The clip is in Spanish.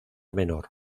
menor